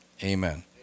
Amen